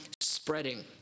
spreading